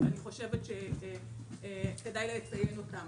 ואני חושבת שכדאי לציין אותם.